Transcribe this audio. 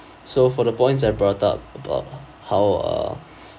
so for the points I brought up about how uh